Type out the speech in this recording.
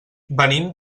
venim